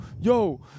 yo